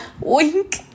Wink